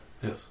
Yes